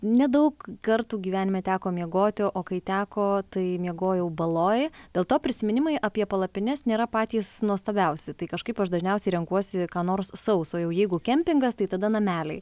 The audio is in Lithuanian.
nedaug kartų gyvenime teko miegoti o kai teko tai miegojau baloj dėl to prisiminimai apie palapines nėra patys nuostabiausi tai kažkaip aš dažniausiai renkuosi ką nors sauso jau jeigu kempingas tai tada nameliai